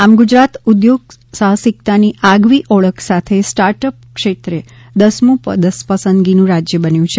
આમ ગુજરાત ઉદ્યોગ સાહસિકતાની આગવી ઓળખ સાથે સ્ટાર્ટ અપ ક્ષેત્રે દસમું પસંદગીનું રાજ્ય બન્યું છે